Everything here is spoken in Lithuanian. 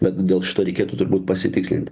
bet dėl šito reikėtų turbūt pasitikslint